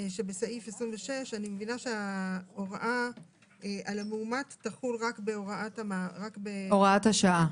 שבסעיף 26. אני מבינה שההוראה על המאומת תחול רק --- בהוראת השעה.